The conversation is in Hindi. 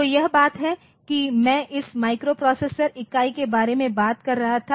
तो यह बात है कि मैं इस माइक्रोप्रोसेसर इकाई के बारे में बात कर रहा था